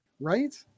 right